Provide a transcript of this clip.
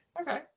Okay